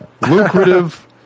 lucrative